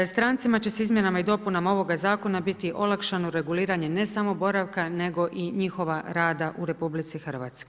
Strancima će s izmjenama i dopunama ovoga zakona biti olakšano reguliranje ne samo boravka nego i njihova rada u RH.